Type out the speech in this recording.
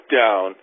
down